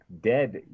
dead